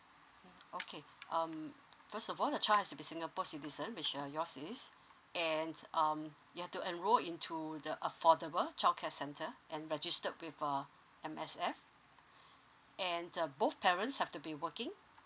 okay um first of all the child has to be singapore citizen which uh yours is and um you have to enroll into the affordable childcare center and registered with uh M_S_F and the both parents have to be working